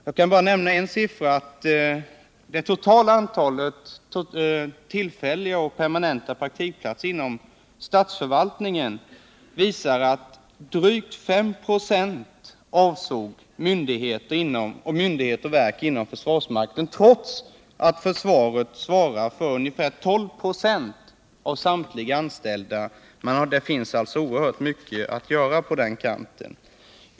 Jag kan bara nämna att av det totala antalet tillfälliga och permanenta praktikplatser inom statsförvaltningen avsåg drygt 5 926 myndigheter och verk inom försvarsmakten, trots att försvaret svarar för ungefär 12 26 av samtliga anställda. Det finns alltså oerhört mycket att göra på den kanten.